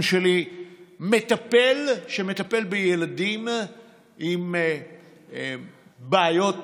מטפל שמטפל בילדים עם בעיות מסוימות,